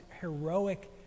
heroic